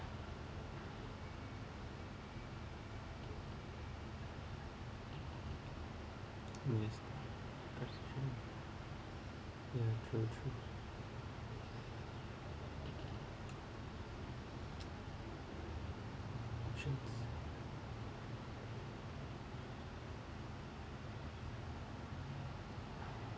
mm ya true true options